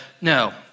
No